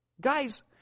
Guys